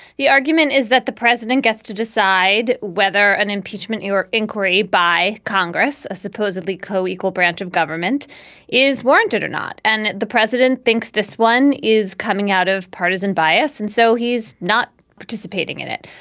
the argument is that the president gets to decide whether an impeachment or inquiry by congress a supposedly coequal branch of government is warranted or not. and the president thinks this one is coming out of partisan bias. and so he's not participating in it.